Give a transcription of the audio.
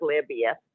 Libya